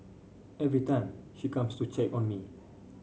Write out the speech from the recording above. every time she comes to check on me